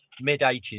mid-80s